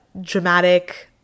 dramatic